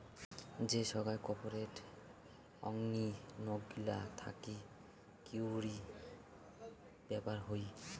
যে সোগায় কর্পোরেট থোঙনি নক গুলা থাকি কাউরি ব্যাপার হই